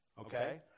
Okay